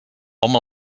hom